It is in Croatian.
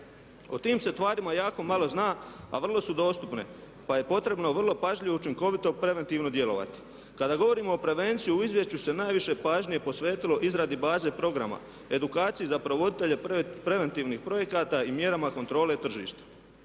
O tim se tvarima jako malo zna, a vrlo su dostupne pa je potrebno vrlo pažljivo i učinkovito preventivno djelovati. Kada govorimo o prevenciji u izvješću se najviše pažnje posvetilo izradi baze programa, edukaciji za provoditelje preventivnih projekata i mjerama kontrole tržišta.